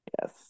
Yes